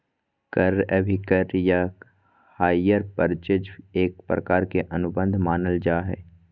क्रय अभिक्रय या हायर परचेज एक प्रकार के अनुबंध मानल जा हय